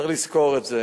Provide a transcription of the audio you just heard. צריך לזכור את זה.